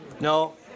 No